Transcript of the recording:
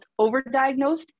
overdiagnosed